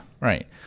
Right